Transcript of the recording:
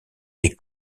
des